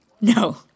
no